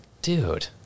Dude